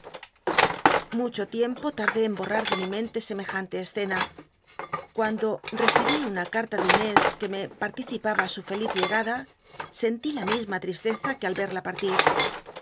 mucho tiempo tardé en borrar de mi mente semejante escena cuando tccibi una carta de inés que me participaba su feliz llegada sentí la misma tristeza que al el'la partir